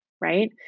Right